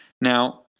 Now